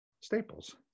Staples